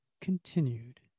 continued